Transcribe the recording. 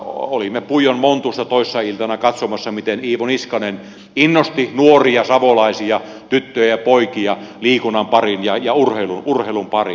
olimme puijon montussa toissa iltana katsomassa miten iivo niskanen innosti nuoria savolaisia tyttöjä ja poikia liikunnan pariin ja urheilun pariin